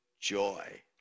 joy